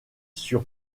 sur